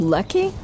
Lucky